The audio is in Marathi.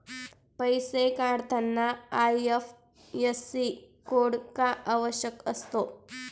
पैसे पाठवताना आय.एफ.एस.सी कोड का आवश्यक असतो?